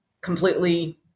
completely